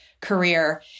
career